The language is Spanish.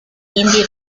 indie